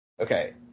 okay